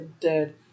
dead